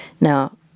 Now